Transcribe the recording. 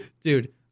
Dude